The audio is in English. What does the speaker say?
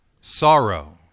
sorrow